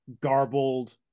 garbled